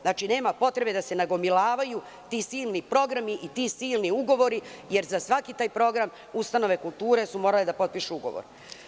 Znači, nema potrebe da se nagomilavaju ti silni programi i ti silni ugovori, jer za svaki taj program ustanove kulture su morale da potpišu ugovor.